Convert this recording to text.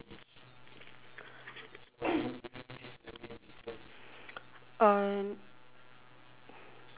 uh